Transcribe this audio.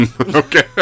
Okay